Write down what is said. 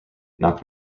knock